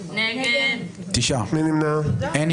הצבעה לא אושרו.